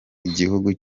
igihugu